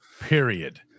period